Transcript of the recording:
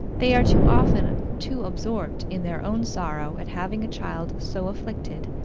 they are too often too absorbed in their own sorrow at having a child so afflicted,